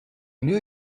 new